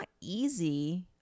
easy